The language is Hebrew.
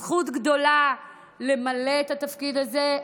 זו זכות גדולה למלא את התפקיד הזה.